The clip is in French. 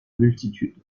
multitude